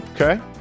Okay